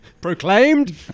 proclaimed